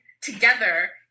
together